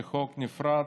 כחוק נפרד,